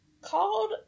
Called